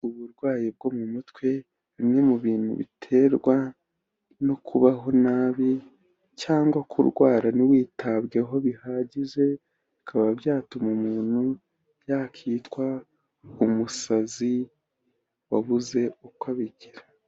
Uburwayi bwo mu mutwe bimwe mu bintu biterwa no kubaho nabi cyangwa kurwara ntiwitabweho bihagije, bikaba byatuma umuntu yakitwa umusazi wabuze uko abigira.